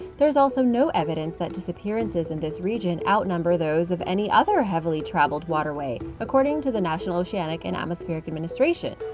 there's also no evidence that disappearances in this region outnumber those of any other heavily-traveled waterway, according to the national oceanic and atmospheric administration.